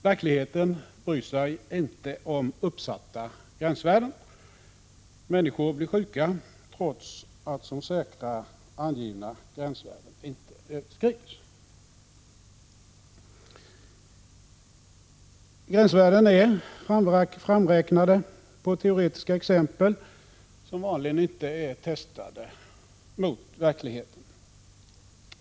Verkligheten bryr sig inte om uppsatta gränsvärden — människor blir sjuka, trots att de som säkra angivna gränsvärdena inte överskrids. Gränsvärdena är framräknade på teoretiska exempel, som vanligen inte är testade mot verkligheten.